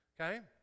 okay